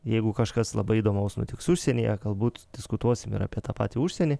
jeigu kažkas labai įdomaus nutiks užsienyje galbūt diskutuosim ir apie tą patį užsienį